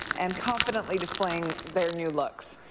and confidently displaying their new looks.